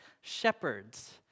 shepherds